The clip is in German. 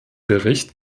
bericht